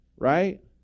Right